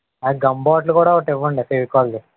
ఆ gum bottle కూడా ఒకటి ఇవ్వండి ఫెవికాల్ది